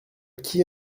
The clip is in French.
qui